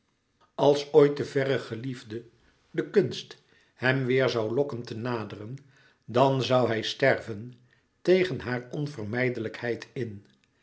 als ooit de verre geliefde de kunst hem weêr zoû lokken te naderen dan zoû hij streven tegen haar onvermijdelijkheid in